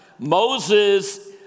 Moses